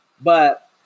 but-